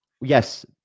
yes